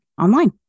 online